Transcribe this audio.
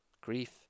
grief